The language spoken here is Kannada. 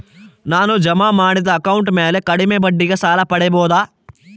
ನಾನು ಜಮಾ ಮಾಡಿದ ಅಕೌಂಟ್ ಮ್ಯಾಲೆ ಕಡಿಮೆ ಬಡ್ಡಿಗೆ ಸಾಲ ಪಡೇಬೋದಾ?